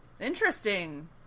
Interesting